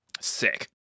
Sick